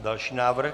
Další návrh.